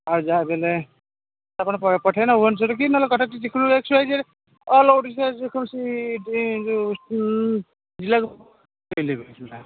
ଆଉ ଯାହାବି ହେଲେ ଆପଣ ପଠେଇନ ଭୁବେନଶର କି ନହେଲେ କଟକ ଯେକୌଣସି X Y Z all Odisha ଯେକୌଣସି ଯେଉଁ